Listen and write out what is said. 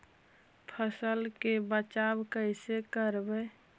फसल के बचाब कैसे करबय?